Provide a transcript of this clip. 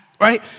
right